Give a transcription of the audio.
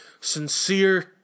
sincere